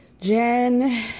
Jen